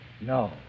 No